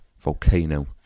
volcano